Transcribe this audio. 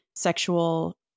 sexual